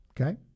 Okay